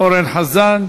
אורן חזן.